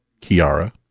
Kiara